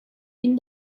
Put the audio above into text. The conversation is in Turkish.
bin